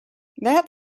that